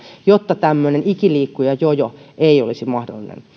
jotta tämmöinen ikiliikkujajojo ei olisi mahdollinen